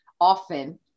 often